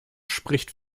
spricht